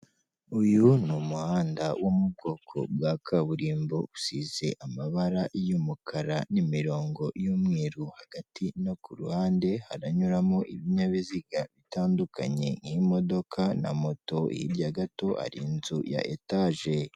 Uyu ni umuhanda wo mu bwoko bwa kaburimbo, usize amabara y'umukara n'imirongo y'umweru, hagati no kuruhande haranyuramo ibinyabiziga bitandukanye nk'imodoka na moto, hirya gato hari inzu ya etaje.